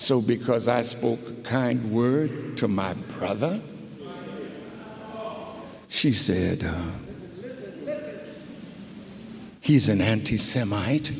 so because i spoke kind words to my brother she said he's an anti semite